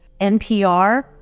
NPR